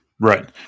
Right